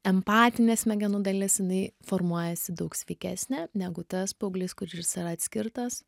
empatinė smegenų dalis jinai formuojasi daug sveikesnė negu tas paauglys kuris yra atskirtas